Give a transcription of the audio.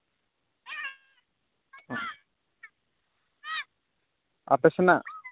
ᱟᱯᱮ ᱥᱮᱱᱟᱜ